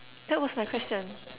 that was my question